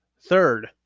Third